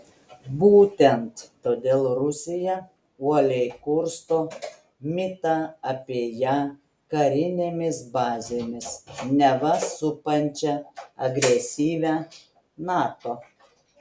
būtent todėl rusija uoliai kursto mitą apie ją karinėmis bazėmis neva supančią agresyvią nato